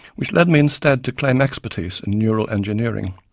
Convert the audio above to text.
which led me instead to claim expertise in neural engineering.